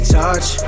touch